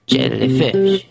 Jellyfish